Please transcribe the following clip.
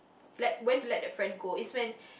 like when to let that friend go it's when